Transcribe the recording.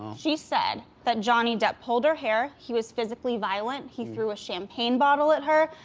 she said that johnny depp pulled her hair, he was physically violent, he threw a champagne bottle at her.